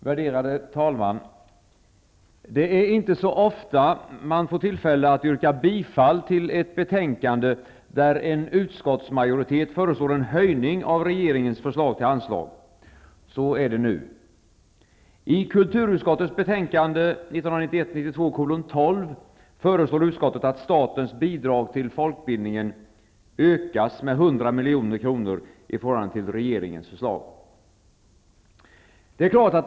Värderade talman! Det är inte så ofta man får tillfälle att yrka bifall till utskottets hemställan i ett betänkande där en utskottsmajoritet föreslår en höjning av regeringens förslag till anslag. Så är nu fallet. I kulturutskottets betänkande 1991/92:12 föreslår utskottet att statens bidrag till folkbildningen ökas med 100 milj.kr. i förhållande till regeringens förslag.